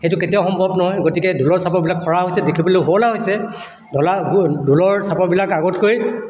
সেইটো কেতিয়াও সম্ভৱ নহয় গতিকে ঢোলৰ চাপৰবিলাক খৰা হৈছে দেখিবলৈ সুৱলা হৈছে ঢলা ঢোলৰ চাপৰবিলাক আগতকৈ